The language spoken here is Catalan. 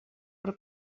per